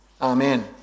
Amen